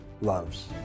loves